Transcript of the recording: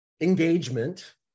engagement